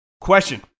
Question